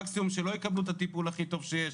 מקסימום שלא יקבלו את הטיפול הכי טוב שיש,